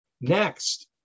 Next